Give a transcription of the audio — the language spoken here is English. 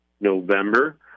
November